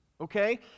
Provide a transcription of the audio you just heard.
okay